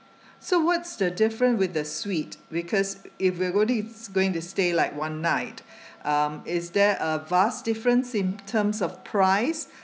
so what's the different with the suite because if we're only is going to stay like one night um is there a vast difference in terms of price